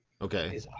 Okay